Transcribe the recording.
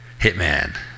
Hitman